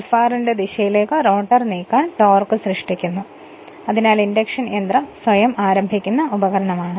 Fr ന്റെ ദിശയിലേക്ക് rotor നീക്കാൻ ടോർക്ക് സൃഷ്ടിക്കുന്നു അതിനാൽ ഇൻഡക്ഷൻ യന്ത്രം Induction motor സ്വയം ആരംഭിക്കുന്ന ഉപകരണമാണ്